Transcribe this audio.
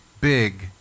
big